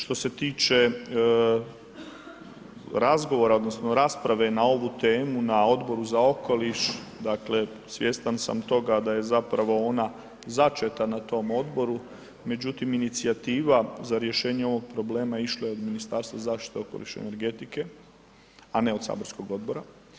Što se tiče razgovora odnosno rasprave na ovu temu na Odboru za okoliš dakle svjestan sam toga da je zapravo na začeta na tom odboru, međutim inicijativa za rješenje ovog problema išla je od Ministarstva zaštite okoliša i energetike, a ne od saborskog odbora.